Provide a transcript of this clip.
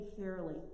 fairly